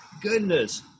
Goodness